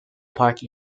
park